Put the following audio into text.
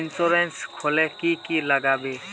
Insurance खोले की की लगाबे?